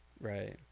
right